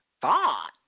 thought